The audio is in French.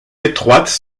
étroites